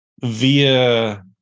via